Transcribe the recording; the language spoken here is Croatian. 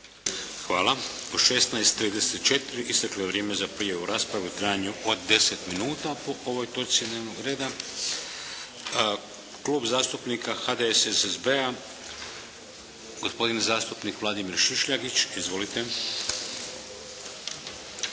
Hvala. U 16,34 isteklo je vrijeme za prijavu u raspravu u trajanju od 10 minuta po ovoj točci dnevnog reda. Klub zastupnika HDSSSB-a gospodin zastupnik Vladimir Šišljagić. Izvolite.